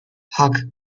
haag